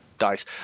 dice